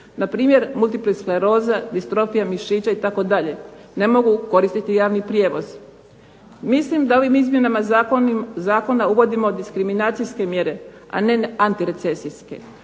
Npr. multiplaskleroza, distrofija mišića itd. ne mogu koristiti javni prijevoz. Mislim da ovim izmjenama zakona uvodimo diskriminacijske mjere, a ne antirecesijske.